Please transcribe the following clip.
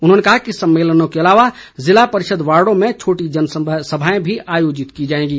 उन्होंने कहा कि सम्मेलनों के अलावा जिला परिषद वार्डों में छोटी जनसभाएं भी आयोजित कि जाएंगी